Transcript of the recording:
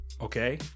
okay